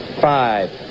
Five